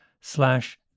slash